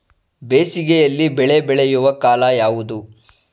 ಬೇಸಿಗೆ ಯಲ್ಲಿ ಬೆಳೆ ಬೆಳೆಯುವ ಕಾಲ ಯಾವುದು?